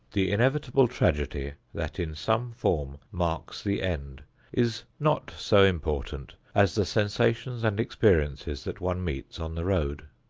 the inevitable tragedy that in some form marks the end is not so important as the sensations and experiences that one meets on the road.